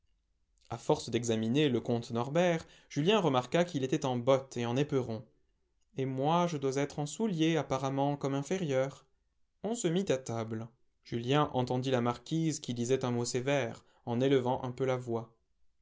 a force d'examiner le comte norbert julien remarqua qu'il était en bottes et en éperons et moi je dois être en souliers apparemment comme inférieur on se mit à table julien entendit la marquise qui disait un mot sévère en élevant un peu la voix